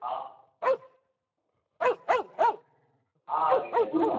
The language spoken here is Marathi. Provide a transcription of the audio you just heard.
हां हां दिनय बोल ना